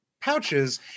pouches